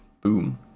boom